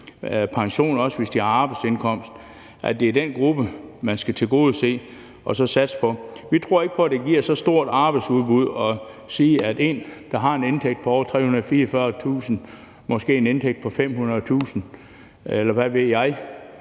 pension, også hvis de har en arbejdsindkomst – altså at det er den gruppe, man skal tilgodese og satse på. Vi tror ikke på, at det giver så stort et arbejdsudbud at sige, at der for en, der har en indtægt på over 344.000 kr., måske en indtægt på 500.000 kr., eller hvad ved jeg,